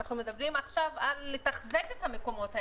אנחנו מדברים עכשיו על תחזוקת המקומות האלה,